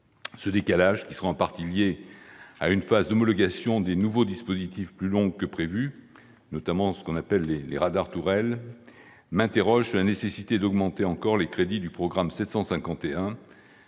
Ce décalage, qui serait en partie lié à une phase d'homologation des nouveaux dispositifs plus longue que prévu, notamment ce que l'on appelle les radars tourelles, me fait m'interroger sur la nécessité d'augmenter encore les crédits du programme 751,